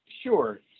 Sure